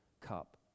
cup